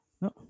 No